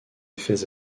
effets